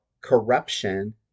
corruption